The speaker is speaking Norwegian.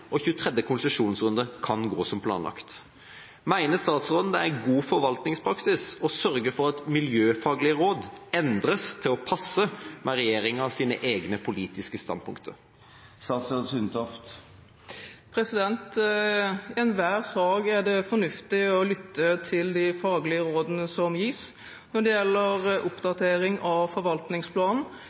og 23. konsesjonsrunde kan gå som planlagt. Mener statsråden det er god forvaltningspraksis å sørge for at miljøfaglige råd endres til å passe med regjeringas egne politiske standpunkter? I enhver sak er det fornuftig å lytte til de faglige rådene som gis. Når det gjelder oppdatering av forvaltningsplanen,